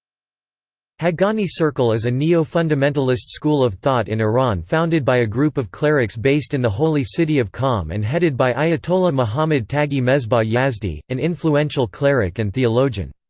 haghani circle is a neo-fundamentalist school of thought in iran founded by a group of clerics based in the holy city of qom and headed by ayatollah mohammad taghi mesbah yazdi, an influential cleric and theologian.